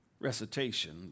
recitation